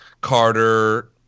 carter